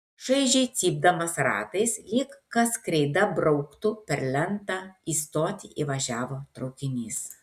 šaižiai cypdamas ratais lyg kas kreida brauktų per lentą į stotį įvažiavo traukinys